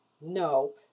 No